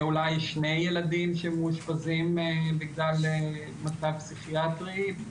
אולי שני ילדים שמאושפזים בגלל מצב פסיכיאטרי,